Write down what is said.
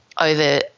over